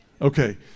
Okay